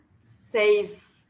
save